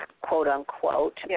quote-unquote